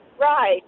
Right